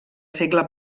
segle